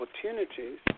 opportunities